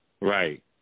Right